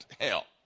hell